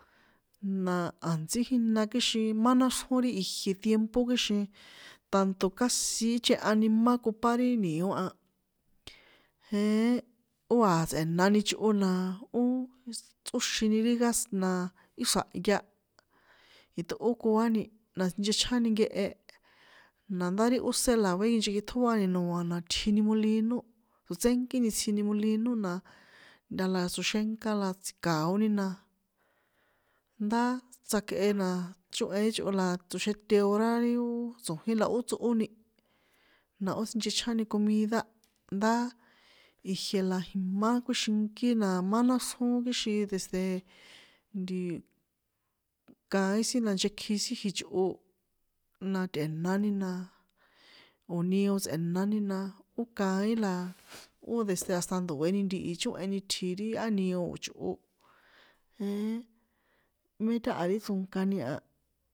Na a̱ntsí jína kixin má náxrjón ri ijie tiempo kixin tanto casi ichehani ma cupá ri ni̱o a, jeen ó a̱ tsꞌe̱nani chꞌo na ó, tsꞌóxin ri gas, na í xra̱hay, iṭꞌókoáni na nchechjáni nkehe, nada ti ósé la vekinchekiṭjóani noa la tjini molino tsotsénkíni tsjini molino na, ntala tsoxenka la tsji̱ka̱oni na, ndá tsjakꞌe na chóhen ri chꞌo la tsoxete hora ri ó tso̱jín la ó tsꞌóni, na ó sinchechjáni comida, ndá ijie la jímá kuíxinkí na má náxrjón kixin desde ntii, kaín sin la nchekji sin jichꞌo, na tꞌe̱nani na, o̱ nio tsꞌe̱nani naa, ó kaín la, ó desde hasta ndo̱eni ntihi chóheni tji ri á nio o̱ ichꞌo, jeén, mé táha ri chronkani a.